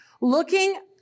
Looking